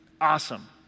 Awesome